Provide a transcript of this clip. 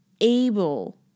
able